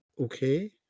okay